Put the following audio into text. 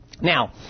Now